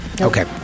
okay